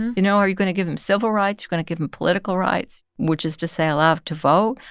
you know, are you going to give them civil rights? you going to give them political rights which is to say, allowed to vote?